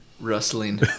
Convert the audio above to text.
rustling